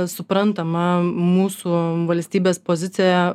suprantama mūsų valstybės pozicija